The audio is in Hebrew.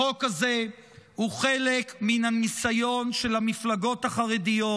החוק הזה הוא חלק מן הניסיון של המפלגות החרדיות,